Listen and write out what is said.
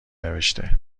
نوشته